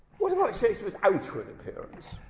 what about his outward appearance?